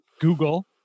Google